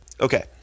Okay